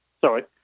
sorry